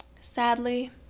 sadly